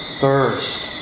thirst